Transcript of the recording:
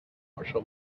martial